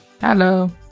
Hello